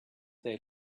they